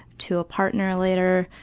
to a partner later,